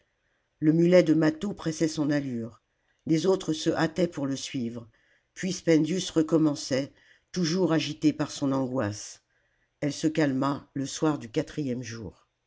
le mulet de mâtho pressait son allure les autres se hâtaient pour le suivre puis spendius recommençait toujours agité par son angoisse elle se calma le soir du quatrième jour